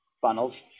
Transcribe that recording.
funnels